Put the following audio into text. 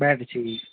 bed چاہیے